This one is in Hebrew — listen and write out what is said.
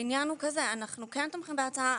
העניין הוא כזה, אנחנו כן תומכים בהצעה.